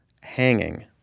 hanging